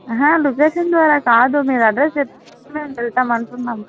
location ద్వారా కాదు మీరు అడ్రస్ చెప్తే మేము వెళ్తాం అనుకుంటున్నం